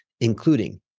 including